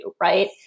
Right